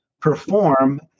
perform